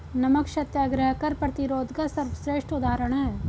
नमक सत्याग्रह कर प्रतिरोध का सर्वश्रेष्ठ उदाहरण है